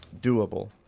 doable